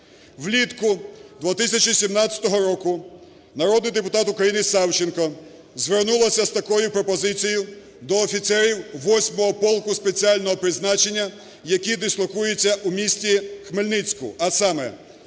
Влітку 2017 року народний депутат України Савченко звернулася з такою пропозицією до офіцерів 8 полку спеціального призначення, які дислокуються у місті Хмельницьку, а саме: